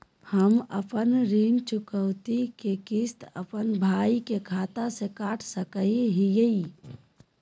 हम अपन ऋण चुकौती के किस्त, अपन भाई के खाता से कटा सकई हियई?